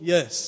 Yes